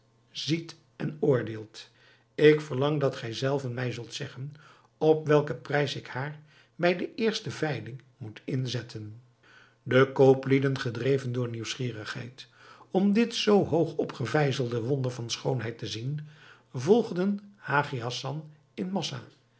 ziet en oordeelt ik verlang dat gij zelven mij zult zeggen op welken prijs ik haar bij de eerste veiling moet inzetten de kooplieden gedreven door nieuwsgierigheid om dit zoo hoog opgevijzelde wonder van schoonheid te zien volgden hagi hassan in massa